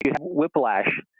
whiplash